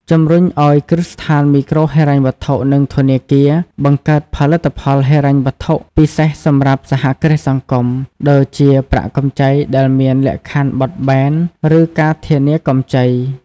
ជំរុញឱ្យគ្រឹះស្ថានមីក្រូហិរញ្ញវត្ថុ និងធនាគារ បង្កើតផលិតផលហិរញ្ញវត្ថុពិសេសសម្រាប់សហគ្រាសសង្គម ដូចជាប្រាក់កម្ចីដែលមានលក្ខខណ្ឌបត់បែន ឬការធានាកម្ចី ។